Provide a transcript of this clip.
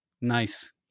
nice